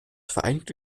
vereinigte